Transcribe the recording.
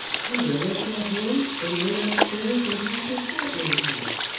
peter looked at him and went upstairs and packed his portmanteau.